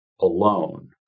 alone